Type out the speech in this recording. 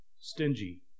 stingy